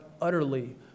utterly